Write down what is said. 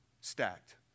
stacked